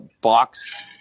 box